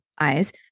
eyes